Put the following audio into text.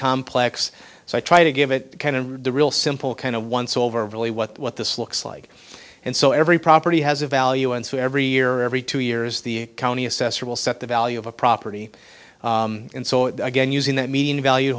complex so i try to give it kind of the real simple kind of once over really what this looks like and so every property has a value and so every year every two years the county assessor will set the value of a property and so again using that mean value